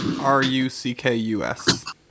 R-U-C-K-U-S